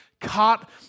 caught